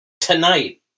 Tonight